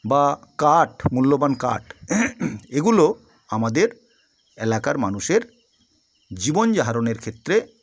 বা কাঠ মূল্যবান কাঠ এগুলো আমাদের এলাকার মানুষের জীবন ধারণের ক্ষেত্রে